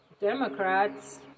Democrats